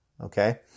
okay